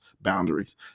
boundaries